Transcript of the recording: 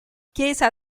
chiesa